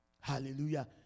Hallelujah